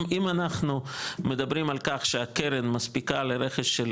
אם אנחנו מדברים על כך שהקרן מספיקה לרכש של